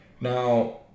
now